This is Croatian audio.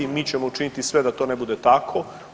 Mi ćemo učiniti sve da to ne bude tako.